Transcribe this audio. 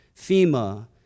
FEMA